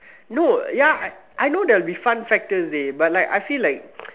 no ya I know there'll be fun factors dey but like I feel like